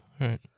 Right